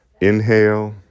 Inhale